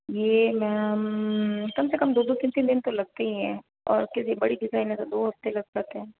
यह मैम कम से कम दो दो तीन तीन दिन तो लगते ही हैं और किसी बड़ी डिज़ाइन है तो दो हफ्ते लग जाते हैं